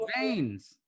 veins